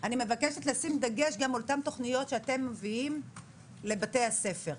אני מבקשת לשים דגש גם על אותן תוכניות שאתם מביאים לבתי הספר.